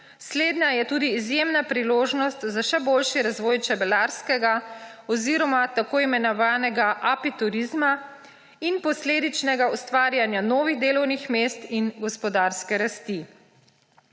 slednja je tudi izjemna priložnost za še boljši razvoj čebelarskega oziroma tako imenovanega apiturizma in posledičnega ustvarjanja novih delovnih mest in gospodarske rasti.